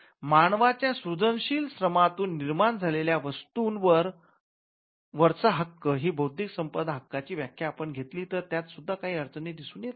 'मानवाच्या सृजनशील श्रमातून निर्माण झालेल्या वस्तूं' वरचा हक्क हीच बौद्धिक संपदा हक्कांची व्याख्या आपण घेतली तर त्यात सुद्धा काही अडचणी दिसून येतात